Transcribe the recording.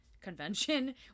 convention